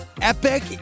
epic